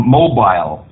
mobile